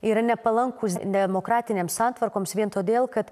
yra nepalankūs demokratinėms santvarkoms vien todėl kad